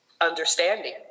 understanding